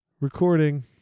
Recording